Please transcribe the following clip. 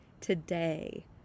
today